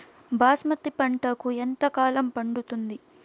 బాస్మతి పంటకు ఎంత కాలం పడుతుంది?